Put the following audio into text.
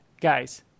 Guys